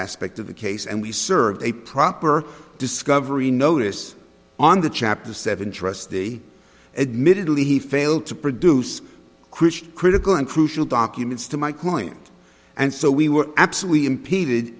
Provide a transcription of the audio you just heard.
aspect of the case and we served a proper discovery notice on the chapter seven trustee admittedly he failed to produce krrish critical and crucial documents to my client and so we were absolutely impeded